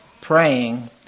praying